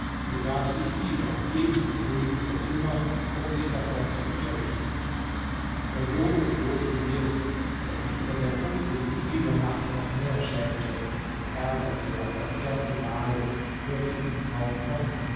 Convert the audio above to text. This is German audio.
begab sich wieder ebenso früh in ihr zimmer um sich davon zu unterrichten der sohn des großveziers der sich über sein unglück in dieser nacht noch mehr schämte und ärgerte als das erste mal hörte ihn kaum kommen